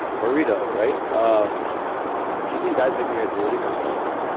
and burrito right. um do you think guys like me are deluding ourselves